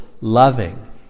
loving